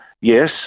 yes